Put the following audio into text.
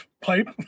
pipe